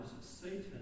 Satan